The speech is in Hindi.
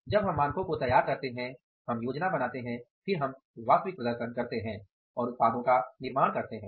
जब हम मानकों को तैयार करते हैं हम योजना बनाते हैं फिर हम वास्तविक प्रदर्शन करतें हैं और उत्पादों का निर्माण करते हैं